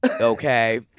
Okay